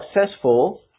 successful